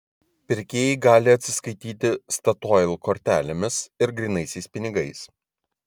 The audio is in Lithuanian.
pirkėjai gali atsiskaityti statoil kortelėmis ir grynaisiais pinigais